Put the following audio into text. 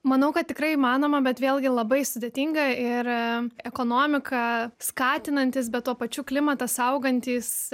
manau kad tikrai įmanoma bet vėlgi labai sudėtinga ir ekonomiką skatinantys bet tuo pačiu klimatą saugantys